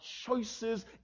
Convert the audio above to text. choices